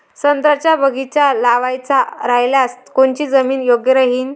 संत्र्याचा बगीचा लावायचा रायल्यास कोनची जमीन योग्य राहीन?